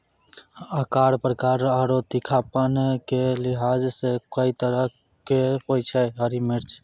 आकार, प्रकार आरो तीखापन के लिहाज सॅ कई तरह के होय छै हरी मिर्च